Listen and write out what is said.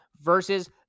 versus